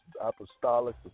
Apostolic